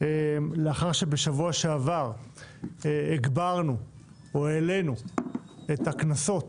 לאחר שבשבוע שעבר הגברנו או העלינו את הקנסות